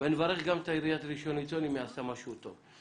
ואני מברך גם את עיריית ראשון לציון אם היא עשתה משהו טוב.